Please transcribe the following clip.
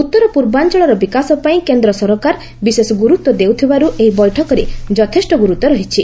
ଉତ୍ତର ପୂର୍ବାଞ୍ଚଳର ବିକାଶ ପାଇଁ କେନ୍ଦ୍ର ସରକାର ବିଶେଷ ଗୁରୁତ୍ୱ ଦେଉଥିବାରୁ ଏହି ବୈଠକର ଯଥେଷ୍ଟ ଗୁରୁତ୍ୱ ରହିଛି